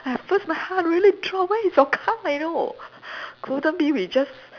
at first my heart really drop where is your car you know couldn't be we just